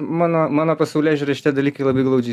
mano mano pasaulėžiūrai šitie dalykai labai glaudžiai